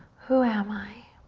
who am i?